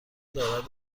دارد